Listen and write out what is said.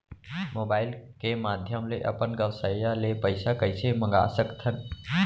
Mobile के माधयम ले अपन गोसैय्या ले पइसा कइसे मंगा सकथव?